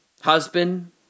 husband